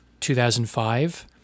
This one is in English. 2005